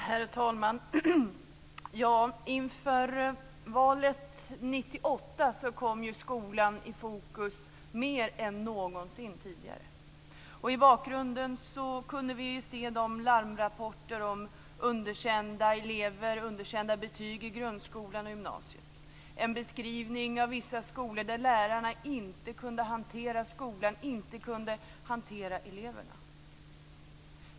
Herr talman! Inför valet 1998 kom skolan i fokus mer än någonsin tidigare. I bakgrunden kunde vi se larmrapporter om underkända elever med underkända betyg i grundskolan och gymnasiet. Det beskrevs som att lärarna inte kunde hantera eleverna på vissa skolor.